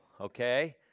okay